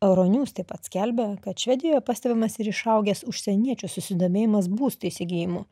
euronews taip pat skelbia kad švedijoje pastebimas ir išaugęs užsieniečių susidomėjimas būsto įsigijimu